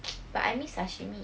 but I miss sashimi